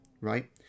right